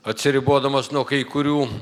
atsiribodamas nuo kai kurių